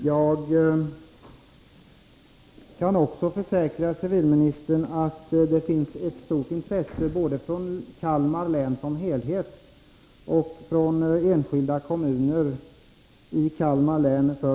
Herr talman! Jag kan försäkra civilministern att det finns ett stort intresse för dessa frågor både i Kalmar län som helhet och i enskilda kommuner i Kalmar län.